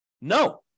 No